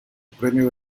premio